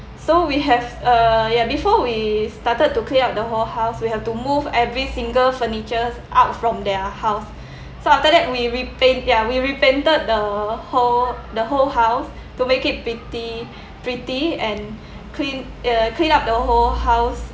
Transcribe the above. so we have uh ya before we started to clean up the whole house we have to move every single furnitures out from their house so after that we repaint ya we repainted the whole the whole house to make it pretty pretty and clean uh clean up the whole house